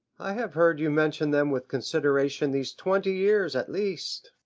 i have heard you mention them with consideration these twenty years at least.